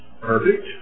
perfect